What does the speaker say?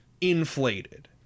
inflated